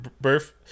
birth